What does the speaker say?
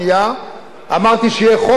אמרתי שיהיה חוק אחד בישראל,